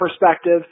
perspective